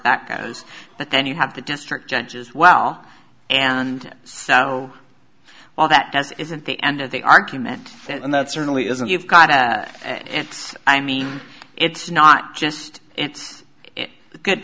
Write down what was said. that goes but then you have the district judges well and so well that has isn't the end of the argument and that certainly isn't you've got and it's i mean it's not just it's it good